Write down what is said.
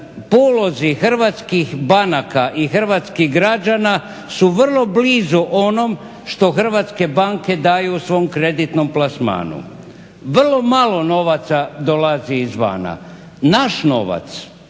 Polozi hrvatskih banaka i hrvatskih građana su vrlo blizu onom što hrvatske banke daju u svom kreditnom plasmanu. Vrlo malo novaca dolazi izvana. Naš novac,